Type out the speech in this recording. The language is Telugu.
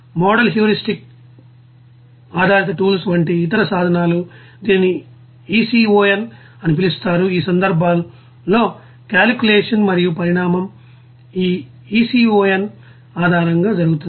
మోడల్ హ్యూరిస్టిక్ ఆధారిత టూల్స్ వంటి ఇతర సాధనాలు దీనిని ECON అని పిలుస్తారు ఈ సందర్భంలోకాల్క్యూలేషన్ మరియు పరిణామం ఈ ECON ఆధారంగా జరుగుతుంది